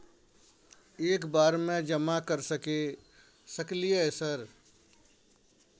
एक बार में जमा कर सके सकलियै सर?